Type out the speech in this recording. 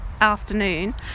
afternoon